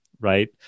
Right